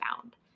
found